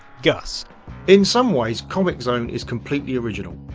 gus in some ways comix zone is completely original,